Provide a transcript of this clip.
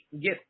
get